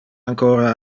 ancora